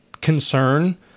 concern